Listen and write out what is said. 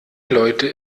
leute